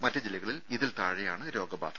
മറ്റ് ജില്ലകളിൽ ഇതിൽ താഴെയാണ് രോഗബാധ